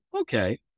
okay